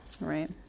Right